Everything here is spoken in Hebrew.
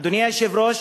אדוני היושב-ראש,